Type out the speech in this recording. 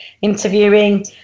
interviewing